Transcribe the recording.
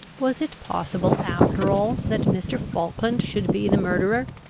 was it possible, after all, that mr. falkland should be the murderer?